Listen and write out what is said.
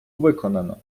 виконано